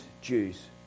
Jews